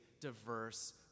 diverse